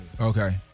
Okay